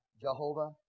Jehovah